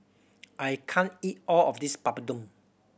I can't eat all of this Papadum